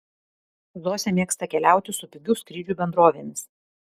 zosė mėgsta keliauti su pigių skrydžių bendrovėmis